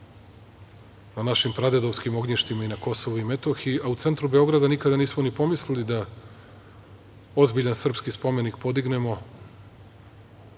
na našim pradedovskim ognjištima i na KiM a u centru Beograda nikada nismo ni pomislili da ozbiljan srpski spomenik podignemo,